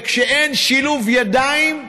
כשאין שילוב ידיים,